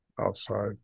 outside